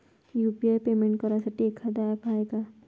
UPI payment करासाठी एखांद app हाय का?